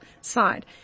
side